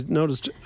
noticed